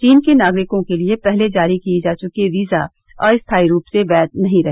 चीन के नागरिकों के लिए पहले जारी किए जा चुके वीजा अस्थाई रूप से वैध नहीं रहे